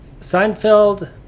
Seinfeld